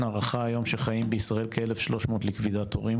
ההערכה כיום שחיים בישראל כ-1,300 ליקווידטורים,